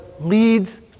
leads